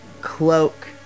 cloak